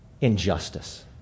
injustice